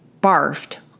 barfed